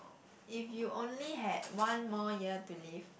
if you only had one more year to live